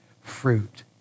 fruit